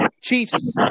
Chiefs